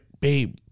babe